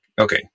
okay